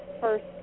first